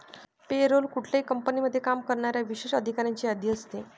पे role कुठल्याही कंपनीमध्ये काम करणाऱ्या विशेष अधिकाऱ्यांची यादी असते